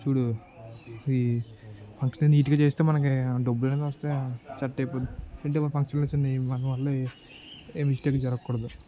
చూడు ఈ ఫంక్షన్ నీట్గా చేస్తే మనకు డబ్బులు అనేదిని వస్తాయి సెట్ అయిపోద్ది అంటే ఫంక్షన్ వచ్చంది మన వల్ల ఈ ఏ మిస్టేక్ జరగకూడదు